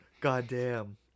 goddamn